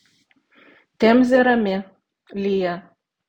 temzė rami lyja